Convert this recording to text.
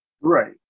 Right